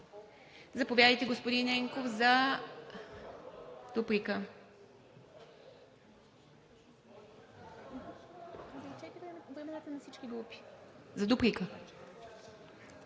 Заповядайте, господин Ненков – за дуплика.